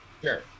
Sure